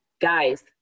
Guys